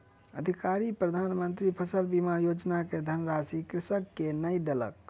अधिकारी प्रधान मंत्री फसल बीमा योजना के धनराशि कृषक के नै देलक